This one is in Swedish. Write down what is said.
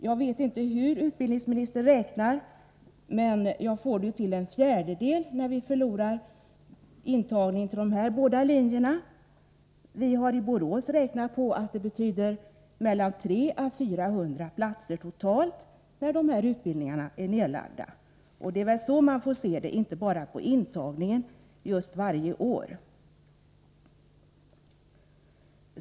Jag vet inte hur utbildningsministern räknar, men jag får det till en fjärdedel när vi förlorar intagningen till dessa båda linjer. Vi har i Borås räknat ut att det betyder 300 å 400 platser totalt när dessa utbildningar är nerlagda. Det är så man måste se det — inte bara till intagningen varje år.